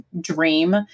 dream